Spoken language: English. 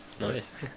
nice